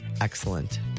excellent